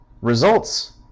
results